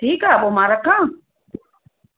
ठीकु आहे पोइ मां रखा